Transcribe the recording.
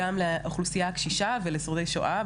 גם לאוכלוסייה הקשישה ולשורדי שואה,